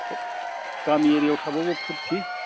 गामि एरियायाव थाबाबो फुरथि